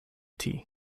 tea